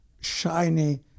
shiny